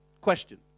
question